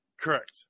Correct